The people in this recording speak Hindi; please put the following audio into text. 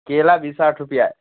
केला भी साठ रुपये है